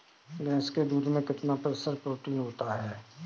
भैंस के दूध में कितना प्रतिशत प्रोटीन होता है?